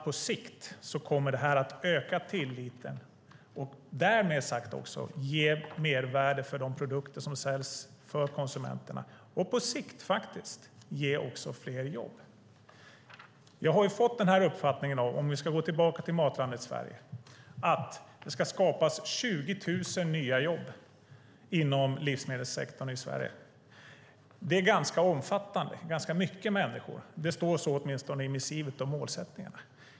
På sikt kommer det här att öka tilliten och därmed sagt ge mervärde för de produkter som säljs till konsumenterna. På sikt ger detta - faktiskt - fler jobb. Låt oss gå tillbaka till Matlandet Sverige. Nu ska det skapas 20 000 nya jobb inom livsmedelssektorn i Sverige. Det är omfattande, och det rör många människor. Åtminstone står det så i missivet och målen.